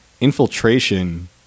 Infiltration